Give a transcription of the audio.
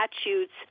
statutes